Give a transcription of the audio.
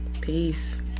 peace